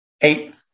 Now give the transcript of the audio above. eight